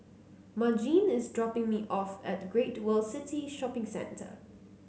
Margene is dropping me off at Great World City Shopping Centre